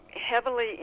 heavily